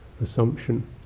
Assumption